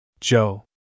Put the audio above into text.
Joe